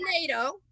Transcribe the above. NATO